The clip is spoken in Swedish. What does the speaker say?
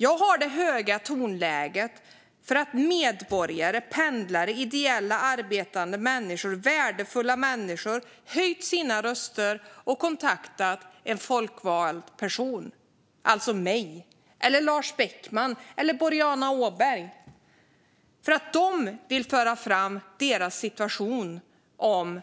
Jag har ett högt tonläge därför att medborgare, pendlare, ideellt arbetande människor och värdefulla människor har höjt sina röster och kontaktat en folkvald person - alltså mig, Lars Beckman eller Boriana Åberg - därför att de vill föra fram sin situation när det gäller